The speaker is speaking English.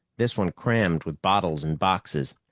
this one crammed with bottles and boxes.